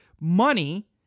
money